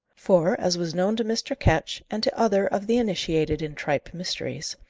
for, as was known to mr. ketch, and to other of the initiated in tripe mysteries,